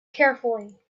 carefully